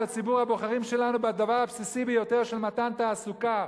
ציבור הבוחרים שלנו בדבר הבסיסי ביותר של מתן תעסוקה.